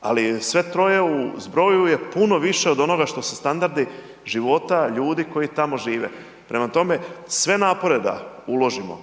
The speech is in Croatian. ali sve troje u zbroju je puno više od onoga što su standardi života ljudi koji tamo žive. Prema tome, sve napore da uložimo,